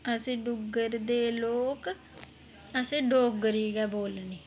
असें डुग्गर दे लोक असें डोगरी गै बोलनी